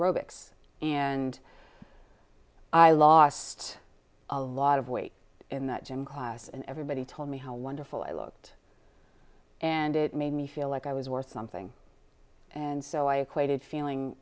aerobics and i lost a lot of weight in that gym class and everybody told me how wonderful i looked and it made me feel like i was worth something and so i equated feeling